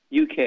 UK